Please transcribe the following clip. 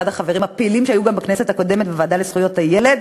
אחד החברים הפעילים שהיו גם בכנסת הקודמת בוועדה לזכויות הילד,